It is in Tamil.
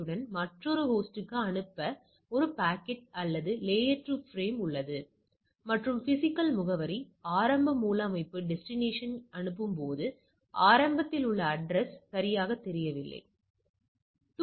எனவே என்னிடம் ஒரு மாதிரி மாறுபாட்டு அளவை உள்ளது அது அந்த முழுமைத்தொகுதியிலிருந்து வந்ததா என்பதை அறிய விரும்புகிறேன்